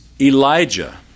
Elijah